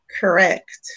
Correct